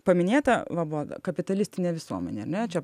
paminėta va buvo kapitalistinė visuomenė ar ne čia